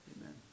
Amen